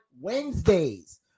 Wednesdays